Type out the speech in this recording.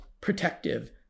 protective